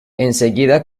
enseguida